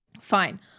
Fine